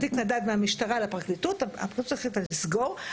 התיק שלו נדד מהמשטרה לפרקליטות והפרקליטות החליטה לסגור,